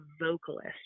vocalist